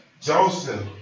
Joseph